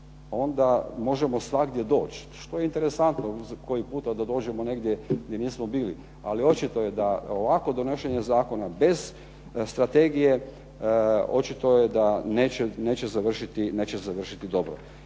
onda možemo svagdje doći, što je interesantno koji puta da dođemo negdje gdje nismo bili. Ali očito je da ovakvo donošenje zakona bez strategije očito je da neće završiti dobro.